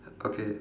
okay